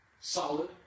solid